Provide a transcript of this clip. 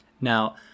Now